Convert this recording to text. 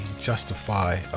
justify